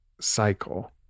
cycle